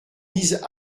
vise